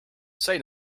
say